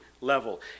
level